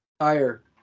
Higher